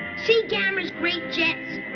see gamera's great jets?